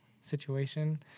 situation